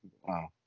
Wow